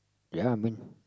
ya I mean